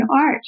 art